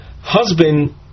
husband